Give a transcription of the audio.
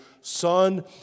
Son